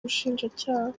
ubushinjacyaha